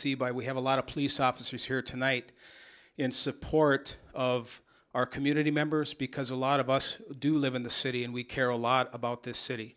see by we have a lot of police officers here tonight in support of our community members because a lot of us do live in the city and we care a lot about this city